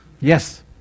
Yes